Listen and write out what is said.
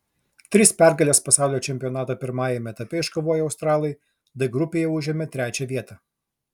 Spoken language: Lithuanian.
tris pergales pasaulio čempionato pirmajame etape iškovoję australai d grupėje užėmė trečią vietą